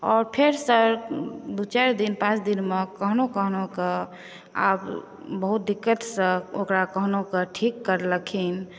आओर फेरसँ दू चारि दिन पाँच दिनमे कहुनो कहुनो कऽ आब बहुत दिक्कतसँ ओकरा कहुनो कऽ ठीक करलखिन